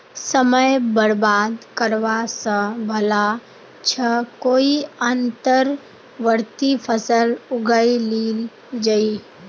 समय बर्बाद करवा स भला छ कोई अंतर्वर्ती फसल उगइ लिल जइ